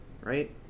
right